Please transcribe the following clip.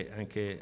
anche